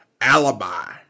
Alibi